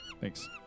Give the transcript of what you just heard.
Thanks